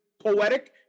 poetic